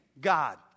God